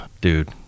dude